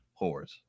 whores